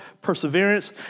perseverance